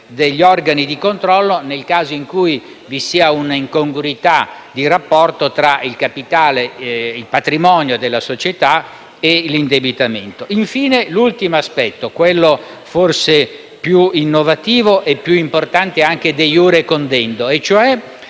organi di controllo nel caso in cui vi sia un'incongruità di rapporto tra il patrimonio della società e l'indebitamento. Infine, l'ultimo aspetto, quello forse più innovativo e più importante, anche *de iure* *condendo*: